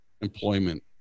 employment